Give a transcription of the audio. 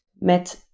met